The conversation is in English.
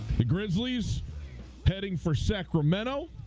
the grisly is heading for sacramento